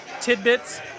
tidbits